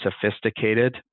sophisticated